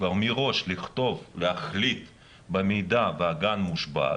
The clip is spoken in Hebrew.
מראש להחליט שבמידה והגן מושבת,